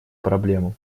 проблему